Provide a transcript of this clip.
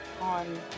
on